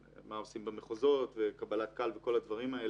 מה עושים במחוזות וקבלת קהל, ודברים כאלה